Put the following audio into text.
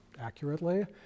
accurately